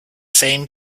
same